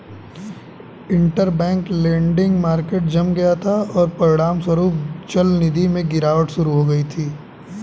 interbank lending market जम गया था, और परिणामस्वरूप चलनिधि में गिरावट शुरू हो गई थी